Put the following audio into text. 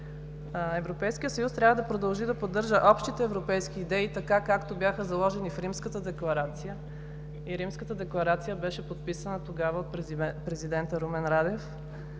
Европейският съюз трябва да продължи да поддържа общите европейски идеи така, както бяха заложени в Римската декларация и тя беше подписана тогава от президента Румен Радев.